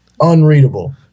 unreadable